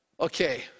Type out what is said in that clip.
Okay